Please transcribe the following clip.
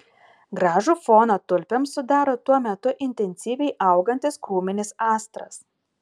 gražų foną tulpėms sudaro tuo metu intensyviai augantis krūminis astras